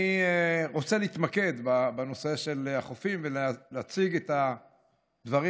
אני רוצה להתמקד בנושא של החופים ולהציג את הדברים